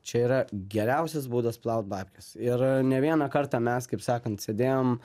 čia yra geriausias būdas plaut babkes ir ne vieną kartą mes kaip sakant sėdėjom